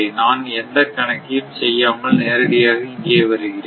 நான் எந்தக் கணக்கையும் செய்யாமல் நேரடியாக இங்கே வருகிறேன்